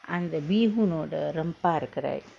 and the bee hoon or the rempah correct